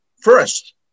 first